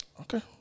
Okay